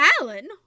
Alan